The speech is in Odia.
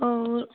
ହଉ